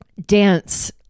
dance